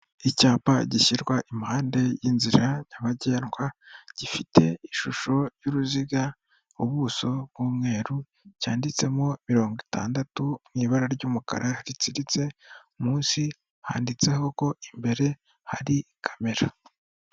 Icyapa gishyirwa impande y'inzira nyabagendwa gifite ishusho y'uruziga, ubuso bw'umweru cyanditsemo mirongo itandatu mu ibara ry'umukara ritsiritse, munsi handitseho ko imbere hari kamera.